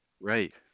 Right